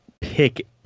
pick